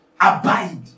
abide